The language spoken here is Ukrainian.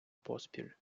поспіль